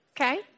Okay